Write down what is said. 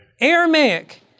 Aramaic